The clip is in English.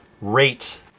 rate